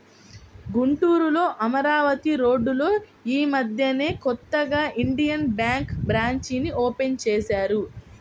గుంటూరులో అమరావతి రోడ్డులో యీ మద్దెనే కొత్తగా ఇండియన్ బ్యేంకు బ్రాంచీని ఓపెన్ చేశారు